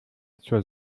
zur